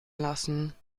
lassen